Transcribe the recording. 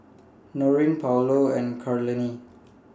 Noreen Paulo and Karlene